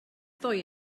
ddoe